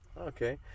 Okay